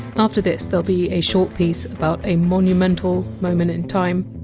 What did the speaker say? after this, there! ll be a short piece about a monumental moment in time,